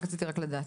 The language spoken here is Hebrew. רציתי רק לדעת,